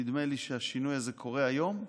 נדמה לי שהשינוי הזה קורה היום,